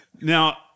Now –